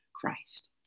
Christ